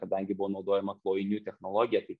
kadangi buvo naudojama klojinių technologija tai